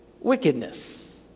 wickedness